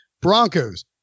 Broncos